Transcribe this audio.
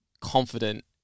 confident